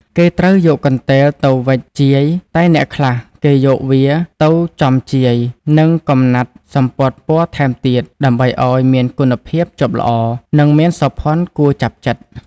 គេត្រូវយកកន្ទេលទៅវេចជាយ តែអ្នកខ្លះគេយកវាទៅចំជាយនឹងកំណាត់សំពត់ពណ៌ថែមទៀត ដើម្បីអោយមានគុណភាពជាប់ល្អ និងមានសោភ័ណគួរចាប់ចិត្ត ។